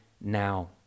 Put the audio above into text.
now